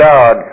God